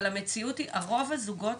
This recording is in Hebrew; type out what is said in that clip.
אבל המציאות היא ורוב הזוגות,